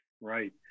Right